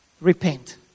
Repent